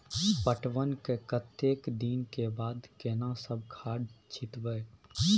पटवन के कतेक दिन के बाद केना सब खाद छिटबै?